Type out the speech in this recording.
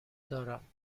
دارم